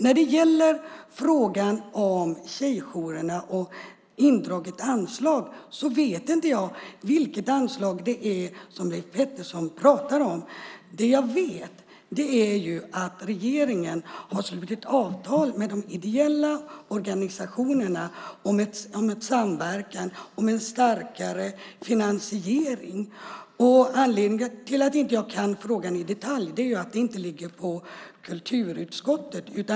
När det gäller tjejjourerna och indraget anslag vet jag inte vilket anslag Leif Pettersson pratar om. Det jag vet är att regeringen har slutit avtal med de ideella organisationerna om en samverkan och om en starkare finansiering. Anledningen till att jag inte kan frågan i detalj är att den inte ligger på kulturutskottet.